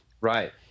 Right